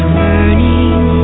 burning